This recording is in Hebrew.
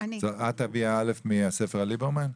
את אביה אלף מהספר על ליברמן?